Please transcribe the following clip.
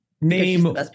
Name